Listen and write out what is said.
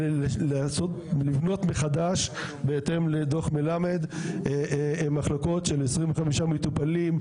לבנות מחדש בהתאם לדוח מלמד מחלקות של 25 מטופלים,